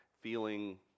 feeling